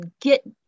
get